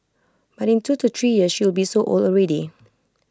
but in two to three years she will be so old already